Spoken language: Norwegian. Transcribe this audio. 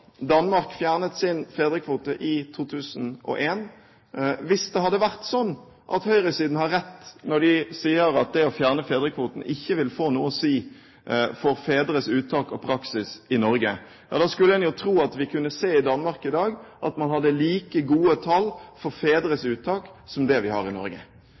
Danmark fjernet sin fedrekvote i 2001. Hvis det hadde vært sånn at høyresiden har rett når de sier at det å fjerne fedrekvoten ikke vil ha noe å si for fedres uttak i praksis i Norge, skulle en jo tro at en kunne se i Danmark i dag at man hadde like gode tall for fedres uttak som det vi har i Norge.